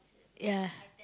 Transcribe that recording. ya